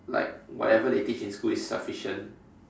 like whatever they teach in school is sufficient